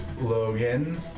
Logan